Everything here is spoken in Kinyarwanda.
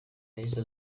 yahise